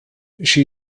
she